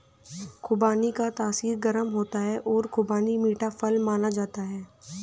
खुबानी का तासीर गर्म होता है और खुबानी मीठा फल माना जाता है